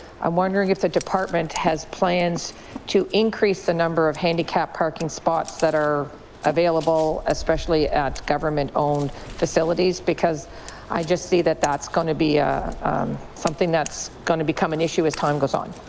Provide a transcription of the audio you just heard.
i am wondering if the department has plans to increase the number of handicap parking spots that are available especially at government-owned facilities because i just see that that's going to be ah something that's going to become an issue as time goes on.